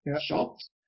shops